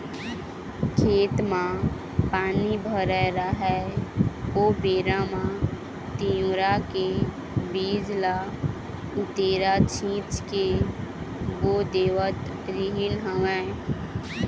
खेत म पानी भरे राहय ओ बेरा म तिंवरा के बीज ल उतेरा छिंच के बो देवत रिहिंन हवँय